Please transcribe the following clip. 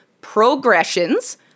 progressions